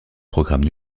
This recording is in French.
programme